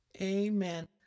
Amen